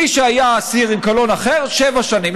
מי שהיה אסיר עם קלון אחר, שבע שנים.